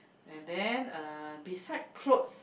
and then uh beside clothes